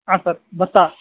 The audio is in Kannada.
ಹಾಂ ಸರ್ ಭತ್ತ